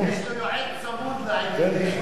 יש לו יועץ צמוד לענייני חינוך.